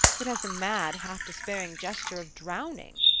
it has the mad, half-despairing gesture of drowning.